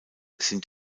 sind